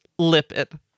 lipid